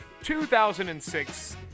2006